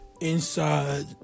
Inside